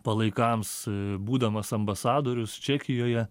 palaikams būdamas ambasadorius čekijoje